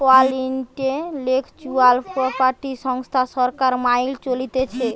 world intellectual property সংস্থা সরকার মাইল চলতিছে